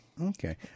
Okay